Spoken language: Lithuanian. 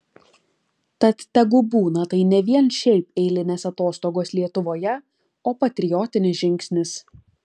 tad tegu būna tai ne vien šiaip eilinės atostogos lietuvoje o patriotinis žingsnis